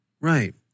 Right